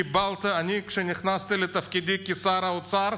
כשאני נכנסתי לתפקידי כשר האוצר,